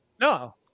no